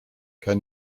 can